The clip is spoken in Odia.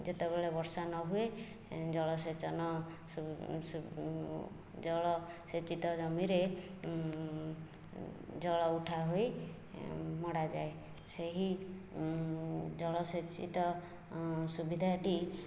ଯେତେବେଳେ ବର୍ଷା ନହୁଏ ଜଳସେଚନ ଜଳସେଚିତ ଜମିରେ ଜଳ ଉଠା ହୋଇ ମଡ଼ାଯାଏ ସେହି ଜଳସେଚିତ ସୁବିଧାଟି